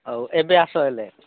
ହଉ ଏବେ ଆସ ହେଲେ